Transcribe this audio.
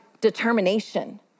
determination